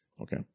Okay